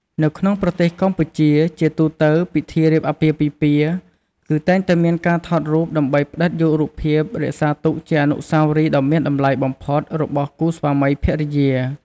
នៅក្នុងប្រទេសកម្ពុជា ជាទូទៅពិធីរៀបអាពាហ៍ពិពាហ៍ គឺតែងតែមានការថតរូបដើម្បីផ្តិតយករូបភាពរក្សាទុកជាអនុស្សាវរីយ៍ដ៏មានតម្លៃបំផុតរបស់គូស្វាមីភរិយា។